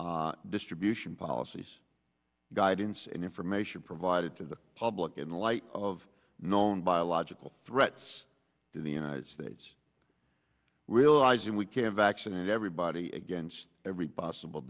able distribution policies guidance and information provided to the public in the light of known biological threats to the united states realizing we can vaccinate everybody against every possible